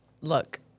look